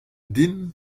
din